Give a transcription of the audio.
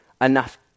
enough